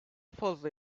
fazla